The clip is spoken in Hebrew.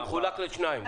זה מחולק לשניים.